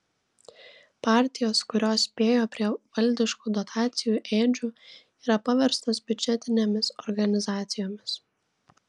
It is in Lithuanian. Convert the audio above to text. partijos kurios spėjo prie valdiškų dotacijų ėdžių yra paverstos biudžetinėmis organizacijomis